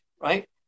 right